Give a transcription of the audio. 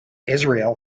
israel